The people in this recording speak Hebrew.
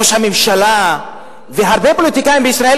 ראש הממשלה והרבה פוליטיקאים בישראל,